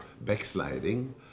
backsliding